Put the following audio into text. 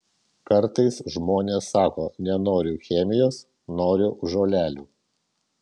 kartais žmonės sako nenoriu chemijos noriu žolelių